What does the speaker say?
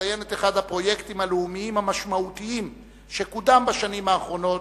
ולציין את אחד הפרויקטים הלאומיים המשמעותיים שקודם בשנים האחרונות,